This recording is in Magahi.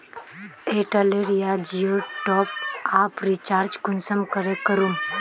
एयरटेल या जियोर टॉप आप रिचार्ज कुंसम करे करूम?